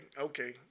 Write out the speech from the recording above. okay